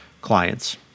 clients